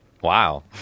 Wow